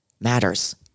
matters